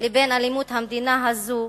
לבין אלימות המדינה הזאת,